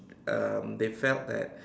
um they felt that